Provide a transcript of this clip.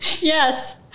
Yes